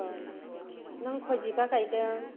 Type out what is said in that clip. औ नों खय बिगा गायगोन